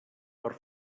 per